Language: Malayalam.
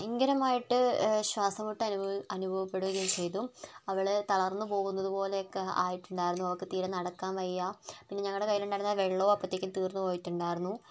ഭയങ്കരമായിട്ട് ശ്വാസംമുട്ട് അനുഭവ അനുഭവപ്പെടുകയും ചെയ്തു അവൾ തളർന്ന് പോകുന്നതു പോലെ ഒക്കെ ആയിട്ടുണ്ടായിരുന്നു അപ്പോൾ അവൾക്ക് തീരെ നടക്കാൻ വയ്യ പിന്നെ ഞങ്ങളുടെ കൈയിൽ ഉണ്ടായിരുന്ന വെള്ളവും അപ്പോഴത്തേക്കും തീർന്ന് പോയിട്ടുണ്ടായിരുന്നു